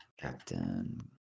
captain